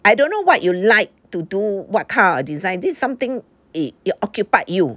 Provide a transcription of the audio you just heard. I don't know what you like to do what kind of design this is something it occupied you